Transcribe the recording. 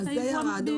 זה ירד.